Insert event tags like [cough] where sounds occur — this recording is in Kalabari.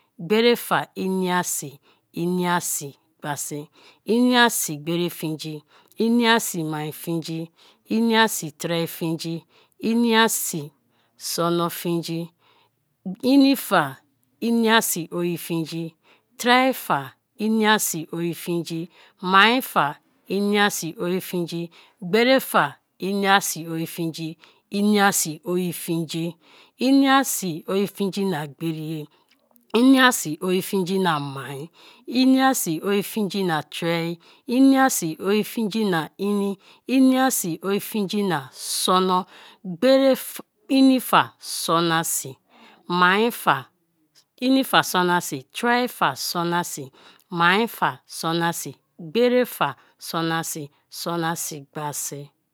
Gberi fa iniasi, inia si gbasi, iniasi gberi fingi, iniasi mai fingi, iniasi tre fingi, iniasi so no fingi, inifa iniasi oye fingi, tre fa iniasi oye fingi, mai fa inia si oye fingi, gberi fa inia si oye fingi, iniasi oye fingi, iniasi oye fingi na gbe ri ye, iniasi oye fingi na mai, iniasi oye fingi na tre, iniasi oye fingi na ini, iniasi oye fingi na sono, [hesitation] inifa sono si, maifa, inifa sono si, tre fa sono si, maifa sono si, gberifa sono si, sono si gbasi.